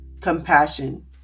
compassion